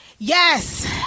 Yes